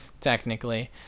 technically